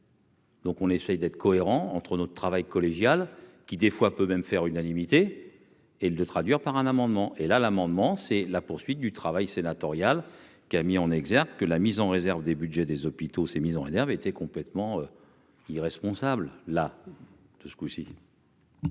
Donc, on essaie d'être cohérent entre notre travail collégial qui des fois peut même faire unanimité et le de traduire par un amendement et là l'amendement c'est la poursuite du travail sénatorial qui a mis en exergue que la mise en réserve des Budgets des hôpitaux mise en énerve était complètement irresponsable, là de ce coup-ci.